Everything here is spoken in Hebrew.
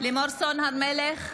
לימור סון הר מלך,